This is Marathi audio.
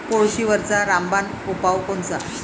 कोळशीवरचा रामबान उपाव कोनचा?